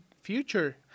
future